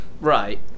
Right